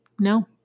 No